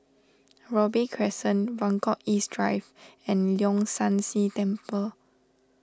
Robey Crescent Buangkok East Drive and Leong San See Temple